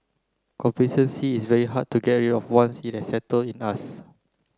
complacency is very hard to get rid of once it has settle in us